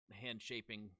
hand-shaping